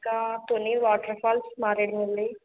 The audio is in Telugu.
ఇంకా కొన్ని వాటర్ఫాల్స్ మారేడుమిల్లి